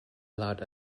allowed